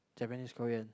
Japanese Korean